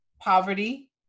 poverty